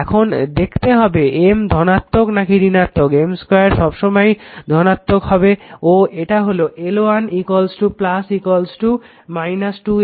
এখন দেখতে হবে M ধনাত্মক নাকি ঋণাত্মক M 2 সবসময়েই ধনাত্মক হবে ও এটা হলো L1 2 m